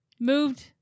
moved